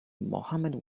mohammad